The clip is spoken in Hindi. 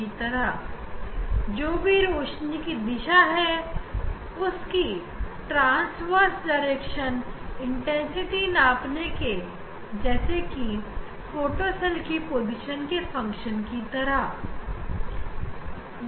इस तरह से हम इस दिशा में फोटो सेल के अलग अलग स्थान पर होने पर प्रकाश की तीव्रता को ना पाएंगे